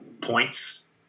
points